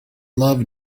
love